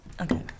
Okay